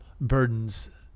burdens